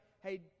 hey